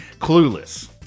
Clueless